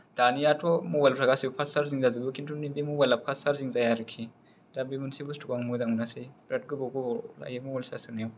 दानियाथ' मबाइलफ्रा गासिबो पार्स सारजिं जाजोबो खिनथु नैबे मबाइला पार्स सारजिं जाया आरोखि दा बे मोनसे बसथुखौ आं मोजां मोनासै बिराद गोबाव गोबाव लायो मबाइल सार्स जानायाव